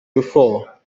before